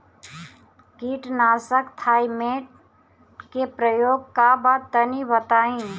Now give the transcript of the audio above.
कीटनाशक थाइमेट के प्रयोग का बा तनि बताई?